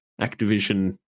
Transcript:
activision